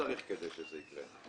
צריך כדי שזה יקרה?